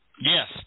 Yes